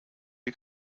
you